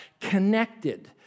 connected